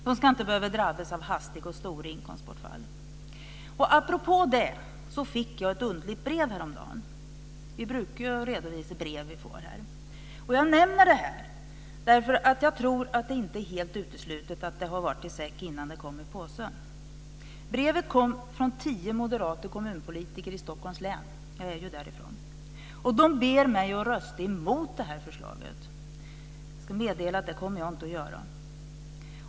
De ska inte behöva drabbas av hastiga och stora inkomstbortfall. Apropå det fick jag ett underligt brev häromdagen. Vi brukar ju redovisa brev vi får här. Jag nämner det här eftersom jag tror att det inte är helt uteslutet att det har varit i säck innan det kom i påse. Brevet kom från tio moderata kommunpolitiker i Stockholms län - jag är ju därifrån - och de ber mig rösta emot det här förslaget. Jag ska meddela att det kommer jag inte att göra.